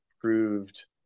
proved